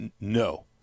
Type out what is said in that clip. no